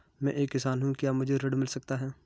मैं एक किसान हूँ क्या मुझे ऋण मिल सकता है?